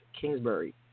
kingsbury